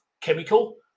chemical